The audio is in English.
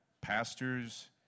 pastors